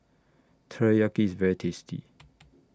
Teriyaki IS very tasty